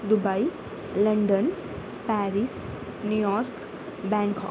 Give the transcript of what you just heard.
Dubai London Paris New York Bangkok